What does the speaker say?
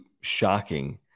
shocking